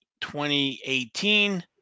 2018